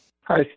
Hi